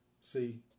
See